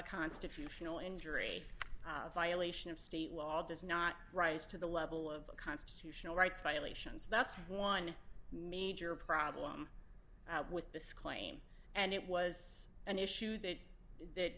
constitutional injury violation of state law does not rise to the level of constitutional rights violations that's one major problem with this claim and it was an issue that